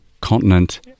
continent